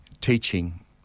teaching